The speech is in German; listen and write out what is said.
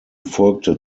folgte